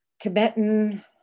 Tibetan